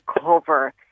cover